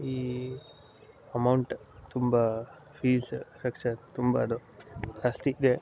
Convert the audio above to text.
ಈ ಅಮೌಂಟ್ ತುಂಬ ಫೀಸ್ ಲಕ್ಷ ತುಂಬೋದು ಜಾಸ್ತಿಯಿದೆ